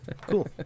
cool